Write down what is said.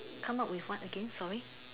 come out with what again sorry